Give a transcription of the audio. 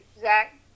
Zach